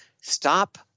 stop